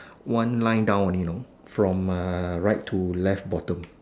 one line down only you now from right to left bottom